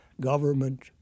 government